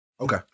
Okay